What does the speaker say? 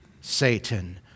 Satan